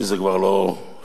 כי זה כבר לא חינם,